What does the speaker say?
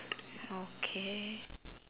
okay